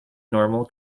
normal